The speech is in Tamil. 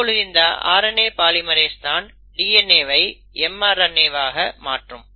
இப்பொழுது இந்த RNA பாலிமெரேஸ் தான் DNA வை mRNA வாக மாற்றும்